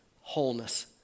wholeness